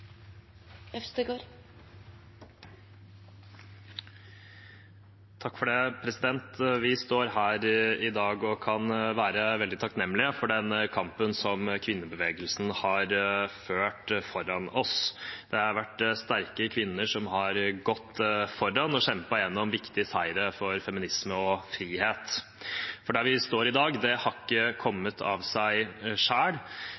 Vi står her i dag og kan være veldig takknemlige for den kampen som kvinnebevegelsen har ført for oss. Det har vært sterke kvinner som har gått foran og kjempet gjennom viktige seire for feminisme og frihet. For der vi står i dag, har ikke kommet av seg selv. Det har ikke